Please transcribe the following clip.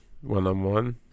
one-on-one